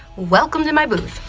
welcome to my booth!